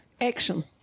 action